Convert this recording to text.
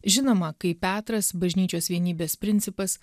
žinoma kai petras bažnyčios vienybės principas